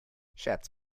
scherz